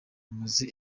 bamaze